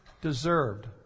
deserved